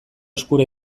eskura